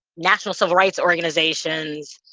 national civil rights organizations,